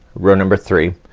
row number three.